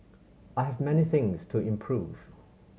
I have many things to improve